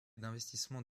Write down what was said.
d’investissement